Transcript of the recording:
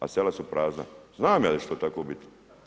A sela su prazna, znam ja da će to tako biti.